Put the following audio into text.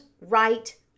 right